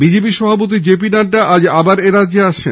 BJP সভাপতি J P Nadda আজ আবার এরাজ্যে আসছেন